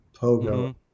Pogo